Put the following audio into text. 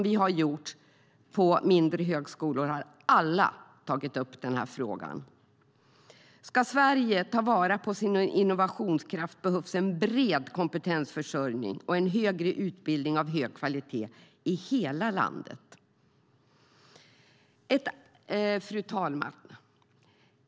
Vi har besökt mindre högskolor, och alla har tagit upp den här frågan. Ska Sverige ta vara på sin innovationskraft behövs en bred kompetensförsörjning och en högre utbildning av hög kvalitet i hela landet. Fru talman!